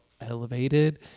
elevated